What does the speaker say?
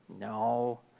No